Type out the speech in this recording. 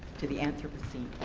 to the anthropocene.